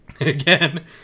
again